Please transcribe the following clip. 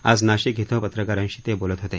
आज नाशिक धिं पत्रकारांशी ते बोलत होते